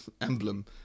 emblem